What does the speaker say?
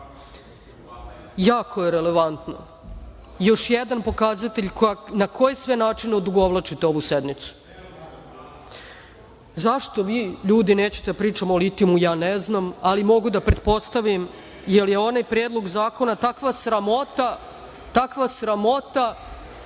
Jako je relevantno, još jedan pokazatelj na koje sve načine odugovlačite ovu sednicu.Zašto vi, ljudi, nećete da pričamo o litijumu, ja ne znam, ali mogu da pretpostavim, jer je onaj predlog zakona takva sramota da ja lično